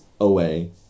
away